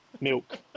milk